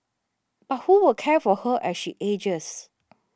but who will care for her as she ages